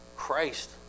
Christ